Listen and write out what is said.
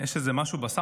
יש משהו בסאונד,